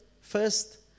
first